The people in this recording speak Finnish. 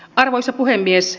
arvoisa puhemies